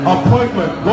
Appointment